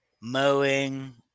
mowing